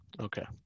Okay